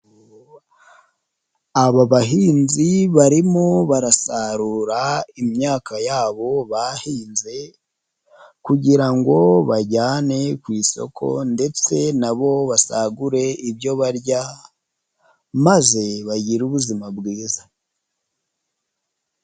Aba bahinzi barimo barasarura imyaka yabo bahinze kugira ngo bajyane ku isoko, ndetse nabo basagure ibyo barya maze bagire ubuzima bwiza.